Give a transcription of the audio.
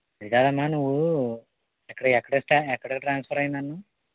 అదికాదమ్మా నువ్వు ఎక్కడ ఎక్క ఎక్కడ ట్రాన్స్ఫర్ అయ్యింది అన్నావు